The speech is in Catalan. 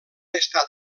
estar